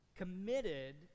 Committed